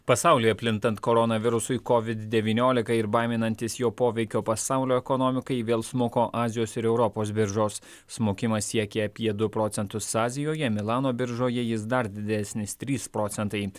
pasaulyje plintant koronavirusui kovid devyniolika ir baiminantis jo poveikio pasaulio ekonomikai vėl smuko azijos ir europos biržos smukimas siekė apie du procentus azijoje milano biržoje jis dar didesnis trys procentai